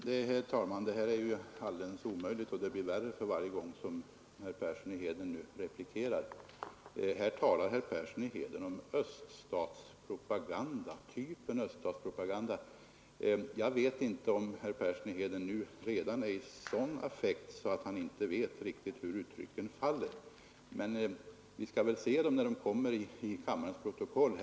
Herr talman! Nej, det här är ju alldeles omöjligt, och det blir värre för varje gång herr Persson i Heden replikerar. Här talar herr Persson i Heden om att denna reklam är av typen öststatspropaganda. Jag vet inte om herr Persson redan är i sådan affekt att han inte vet riktigt hur orden faller. Vi får väl se dem i kammarens protokoll.